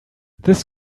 this